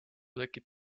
tekib